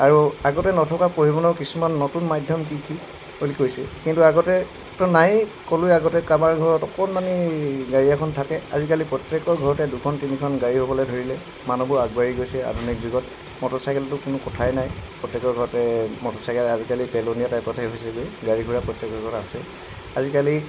আৰু আগতে নথকা পৰিবহণৰ কিছুমান নতুন মাধ্যম কি কি বুলি কৈছে কিন্তু আগতেতো নায়েই ক'লোঁৱে আগতে কাৰোবাৰ ঘৰত অকণমানি গাড়ী এখন থাকে আজিকালি প্ৰত্যেকৰ ঘৰতে দুখন তিনিখন গাড়ী হ'বলৈ ধৰিলে মানুহবোৰ আগবাঢ়ি গৈছে আধুনিক যুগত মটৰ চাইকেলতো কোনো কথাই নাই প্ৰত্যেকৰ ঘৰতে মটৰ চাইকেল আজিকালি পেলনীয়া টাইপতে হৈছেগৈ গাড়ী গোৰা প্ৰত্যেকৰ ঘৰতে আছেই আজিকালি